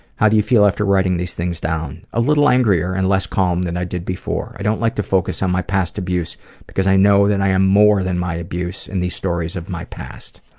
how do you feel after writing these things down? a little angrier and less calm than i did before. i don't like to focus on my past abuse because i know that i am more than my abuse and these stories of my past.